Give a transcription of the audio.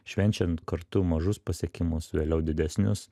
švenčiant kartu mažus pasiekimus vėliau didesnius